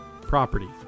Property